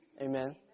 Amen